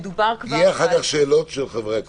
יהיו אחר כך שאלות של חברי הכנסת.